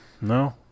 no